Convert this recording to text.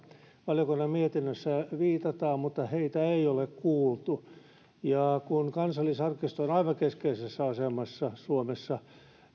valiokunnan mietinnössä viitataan mutta heitä ei ole kuultu kun kansallisarkisto on suomessa aivan keskeisessä asemassa